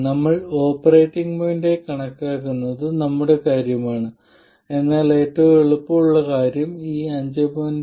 അതിനാൽ ഈ രണ്ട് പ്ലോട്ടുകൾക്കും V2 ആണ് പരാമീറ്റർ ഈ രണ്ട് പ്ലോട്ടുകൾക്കും V1 ആണ് പരാമീറ്റർ